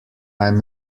i’m